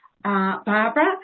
Barbara